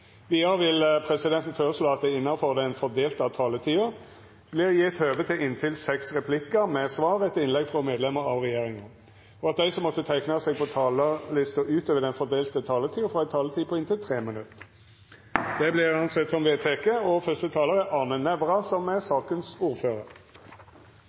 Vidare vil presidenten føreslå at det – innanfor den fordelte taletida – vert gjeve høve til inntil seks replikkar med svar etter innlegg frå medlemer av regjeringa, og at dei som måtte teikna seg på talarlista utover den fordelte taletida, får ei taletid på inntil 3 minutt. – Det er vedteke. Komiteen er i stor grad enig i situasjonsbeskrivelsen av nattogtilbudet, at Norske tog AS eier 20 sovevogner, som